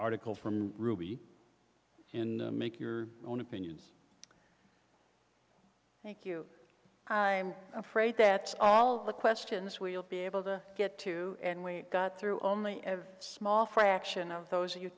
article from ruby and make your own opinions thank you i'm afraid that all of the questions we'll be able to get to and we got through only a small fraction of those you